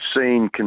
seen